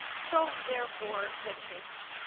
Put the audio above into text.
so therefore the change.